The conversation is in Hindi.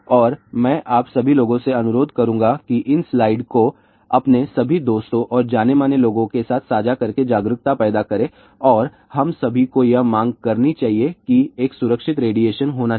और मैं आप सभी लोगों से अनुरोध करूंगा कि इन स्लाइड्स को अपने सभी दोस्तों और जाने माने लोगों के साथ साझा करके जागरूकता पैदा करें और हम सभी को यह मांग करनी चाहिए कि एक सुरक्षित रेडिएशन होना चाहिए